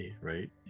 right